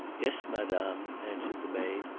yes, madame, answered the maid.